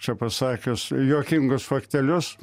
čia pasakius juokingus faktelius